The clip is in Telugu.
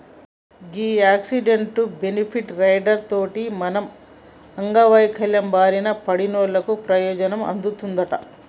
గీ యాక్సిడెంటు, బెనిఫిట్ రైడర్ తోటి మనం అంగవైవల్యం బారిన పడినోళ్ళకు పెయోజనం అందుతదంట